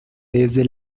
desde